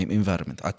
environment